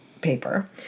paper